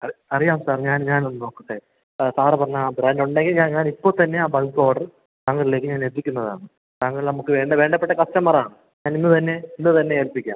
ആ അറിയാം സാർ ഞാൻ ഞാനൊന്ന് നോക്കട്ടെ സാറ് പറഞ്ഞ ആ ബ്രാൻറ്റൊണ്ടെങ്കിൽ ഞാൻ ഞാനിപ്പൊത്തന്നെ ആ ബൾക്ക് ഓഡറ് താങ്കളിലേക്ക് ഞാൻ എത്തിക്കുന്നതാണ് താങ്കൾ നമുക്ക് വേണ്ട വേണ്ടപ്പെട്ട കസ്റ്റമറാണ് ഞാനിന്ന് തന്നെ ഇന്ന് തന്നെ ഏൽപ്പിക്കാം